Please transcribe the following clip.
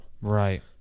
Right